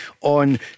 on